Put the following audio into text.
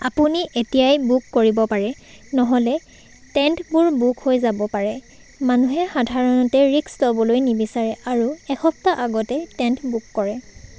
আপুনি এতিয়াই বুক কৰিব পাৰে নহ'লে টেণ্টবোৰ বুক হৈ যাব পাৰে মানুহে সাধাৰণতে ৰিস্ক ল'বলৈ নিবিচাৰে আৰু এসপ্তাহ আগতে টেণ্ট বুক কৰে